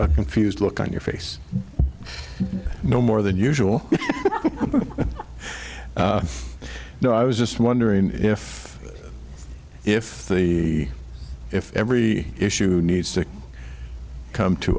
a confused look on your face no more than usual no i was just wondering if if the if every issue needs to come to